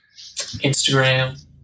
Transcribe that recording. Instagram